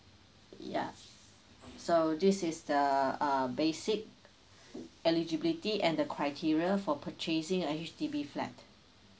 ya so this is the uh basic eligibility and the criteria for purchasing a H_D_B flat